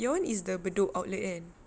your [one] is the bedok outlet kan